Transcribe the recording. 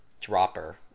dropper